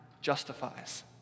justifies